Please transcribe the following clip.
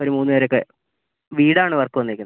ഒരു മൂന്ന് പേരൊക്കെ വീടാണ് വർക്ക് വന്നിരിക്കുന്നത്